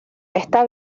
está